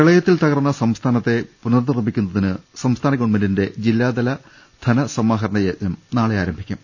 പ്രളയത്തിൽ തകർന്ന സംസ്ഥാനത്തെ പുനർ നിർമ്മിക്കുന്നതിന് ഗവൺമെന്റിന്റെ ജില്ലാതല ധനസമാഹരണ യജ്ഞം നാളെ ആരംഭിക്കും